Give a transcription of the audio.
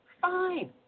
Fine